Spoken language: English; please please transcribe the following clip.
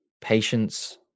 patience